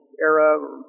era